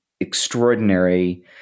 extraordinary